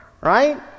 right